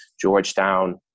Georgetown